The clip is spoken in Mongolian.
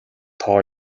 тоо